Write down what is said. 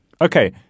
Okay